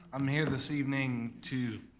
i'm here this evening to